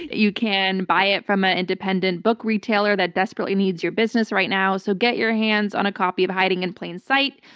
you can buy it from an independent book retailer that desperately needs your business right now. so get your hands on a copy of hiding in plain sight.